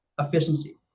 efficiency